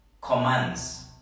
commands